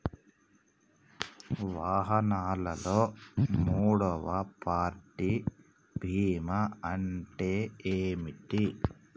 వాహనాల్లో మూడవ పార్టీ బీమా అంటే ఏంటి?